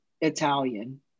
Italian